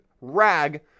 rag